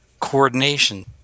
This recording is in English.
Coordination